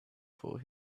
for